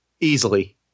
easily